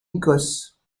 écosse